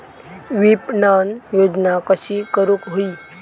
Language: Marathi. विपणन योजना कशी करुक होई?